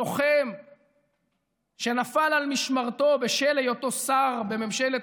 לוחם שנפל על משמרתו בשל היותו שר בממשלת